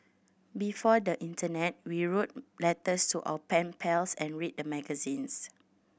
before the internet we wrote letters to our pen pals and read magazines